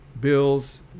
bills